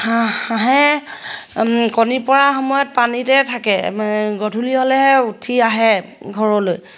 হাঁহ হাঁহে কণী পৰা সময়ত পানীতে থাকে গধূলি হ'লেহে উঠি আহে ঘৰলৈ